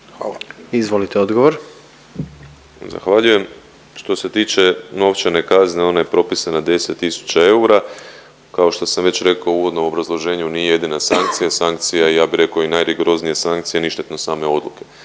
Damir (HDZ)** Zahvaljujem. Što se tiče novčane kazne ona je propisana 10 000 eura. Kao što sam već rekao u uvodnom obrazloženju nije jedina sankcija. Sankcija ja bih rekao i najrigoroznija sankcija ništetnost same odluke.